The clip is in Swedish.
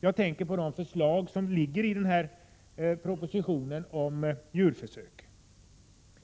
Jag tänker också på de förslag som finns i propositionen om djurförsök.